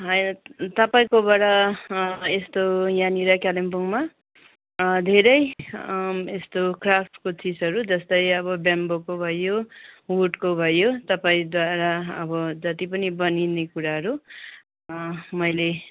तपाईँकोबाट यस्तो यहाँनिर कालिम्पोङमा धेरै यस्तो क्राफ्टको चिजहरू जस्तै अब ब्याम्बोको भयो वुडको भयो तपाईँद्वारा अब जति पनि बनिने कुराहरू मैले